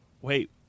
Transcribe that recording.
Wait